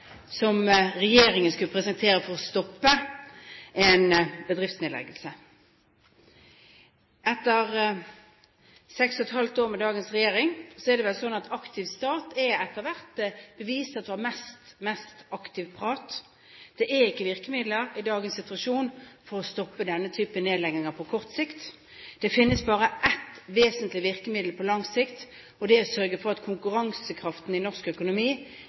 regjeringen skulle presentere for å stoppe en bedriftsnedleggelse. Etter seks og et halvt år med dagens regjering er det vel sånn at en aktiv stat etter hvert har blitt mest aktiv prat. Det er ikke virkemidler i dagens situasjon for å stoppe denne typen nedleggelser på kort sikt. Det finnes bare ett vesentlig virkemiddel på lang sikt, og det er å sørge for at konkurransekraften i norsk økonomi